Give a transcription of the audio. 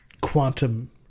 quantum